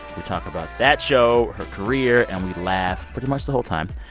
we talk about that show, her career, and we laugh pretty much the whole time.